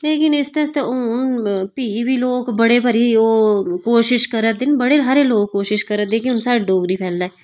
लेकिन इस आस्तै हून भी बी लोग बडे़ भारी ओह् कोशिश करा दे बडे़ हारे लोक कोशिश करा दे कि हून साढ़ी डोगरी फैले